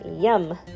Yum